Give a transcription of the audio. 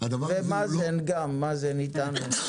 --- ומאזן גם, מאזן איתנו.